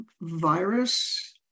virus